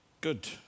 Good